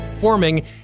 forming